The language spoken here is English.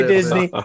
Disney